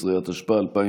18), התשפ"א 2021,